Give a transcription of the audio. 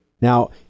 Now